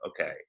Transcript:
okay